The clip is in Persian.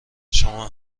شما